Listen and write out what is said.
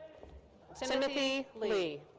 but timothy lee.